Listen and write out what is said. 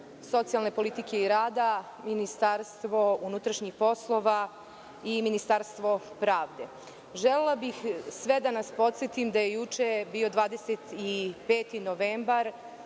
socijalne politike i rada, Ministarstvo unutrašnjih polova i Ministarstvo pravde. Želela bih sve da nas podsetim da je juče bio 25. novembar